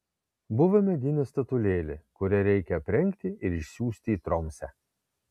buvo medinė statulėlė kurią reikia aprengti ir išsiųsti į tromsę